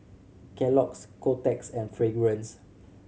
Kellogg's Kotex and Fragrance